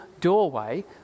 doorway